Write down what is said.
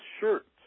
shirt